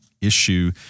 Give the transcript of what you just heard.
issue